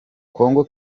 congo